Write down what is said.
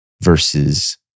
versus